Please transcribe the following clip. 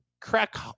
crack